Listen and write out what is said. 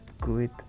great